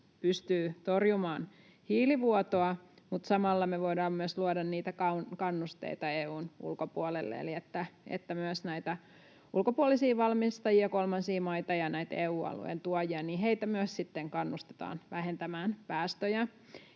pystyy torjumaan hiilivuotoa, mutta samalla me voidaan myös luoda niitä kannusteita EU:n ulkopuolelle, eli että myös näitä ulkopuolisia valmistajia, kolmansia maita ja näitä EU-alueen tuojia myös sitten kannustetaan vähentämään päästöjä.